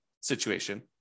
situation